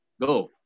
Go